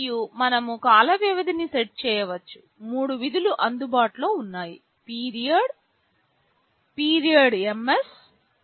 మరియు మనము కాల వ్యవధిని సెట్ చేయవచ్చు మూడు విధులు అందుబాటులో ఉన్నాయి పీరియడ్ పీరియడ్ msperiod ms